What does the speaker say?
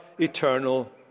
eternal